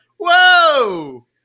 whoa